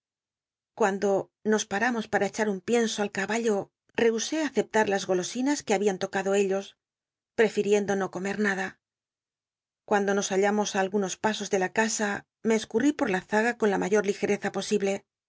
cuando nos paramos pata cehat un pienso al caballo tehusé aceptar las golosi nas que habían tocado ellos prcfleiendo no comer ll ltla cuando nos hallamos á algunos pasos de la casa me escnrl'i por la zaga con la mayor ligereza posible